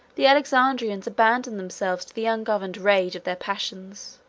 the alexandrians abandoned themselves to the ungoverned rage of their passions,